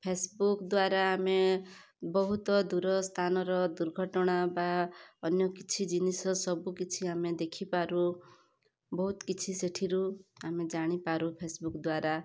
Facebook ଦ୍ୱାରା ଆମେ ବହୁତ ଦୂରସ୍ଥାନର ଦୁର୍ଘଟଣା ବା ଅନ୍ୟକିଛି ଜିନିଷ ସବୁକିଛି ଆମେ ଦେଖିପାରୁ ବହୁତ କିଛି ସେଇଥିରୁ ଆମେ ଜାଣିପାରୁ ଫେସବୁକ୍ ଦ୍ୱାରା